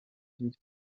riri